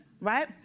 right